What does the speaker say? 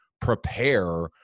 prepare